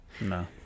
No